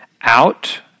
out